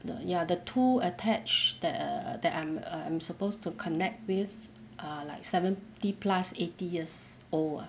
the ya the two attached that err that I'm err I'm supposed to connect with are like seventy plus eighty years old ah